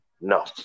No